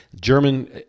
German